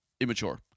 immature